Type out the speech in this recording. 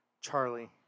Charlie